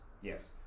Yes